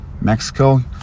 Mexico